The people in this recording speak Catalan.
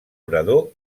orador